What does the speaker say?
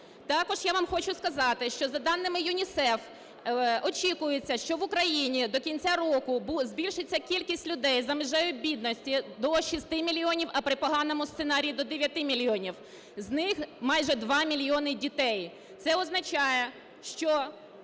Також я вам хочу сказати, що за даними ЮНІСЕФ очікується, що в Україні до кінця року збільшиться кількість людей за межею бідності до 6 мільйонів, а при поганому сценарії до 9 мільйонів, з них майже 2 мільйони дітей. Це означає, що